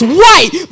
white